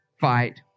Fight